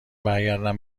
برگردم